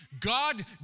God